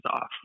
off